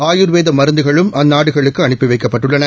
ஆயூர்வேத மருந்துகளும் அந்நாடுகளுக்கு அனுப்பி வைக்கப்பட்டுள்ளன